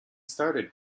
started